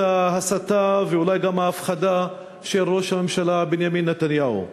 ההסתה ואולי גם ההפחדה של ראש הממשלה בנימין נתניהו.